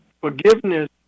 Forgiveness